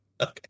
Okay